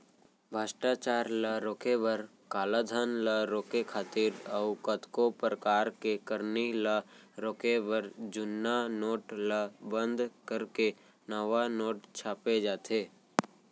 भस्टाचारी ल रोके बर, कालाधन ल रोके खातिर अउ कतको परकार के करनी ल रोके बर जुन्ना नोट ल बंद करके नवा नोट छापे जाथे